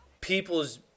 people's